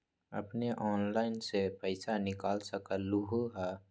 अपने ऑनलाइन से पईसा निकाल सकलहु ह?